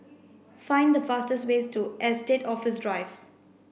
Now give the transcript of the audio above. find the fastest way to Estate Office Drive